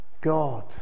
God